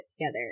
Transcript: together